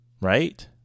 right